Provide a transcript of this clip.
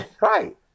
right